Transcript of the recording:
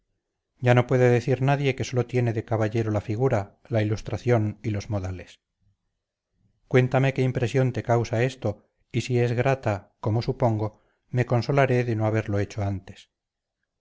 ya no puede decir nadie que sólo tiene de caballero la figura la ilustración y los modales cuéntame qué impresión le causa esto y si es grata como supongo me consolaré de no haberlo hecho antes